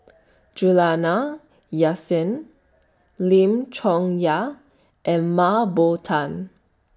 Juliana Yasin Lim Chong Yah and Mah Bow Tan